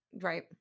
Right